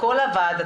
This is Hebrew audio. הכול עבד,